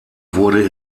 wurde